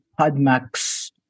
PodMax